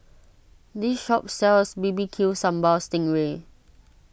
this shop sells B B Q Sambal Sting Ray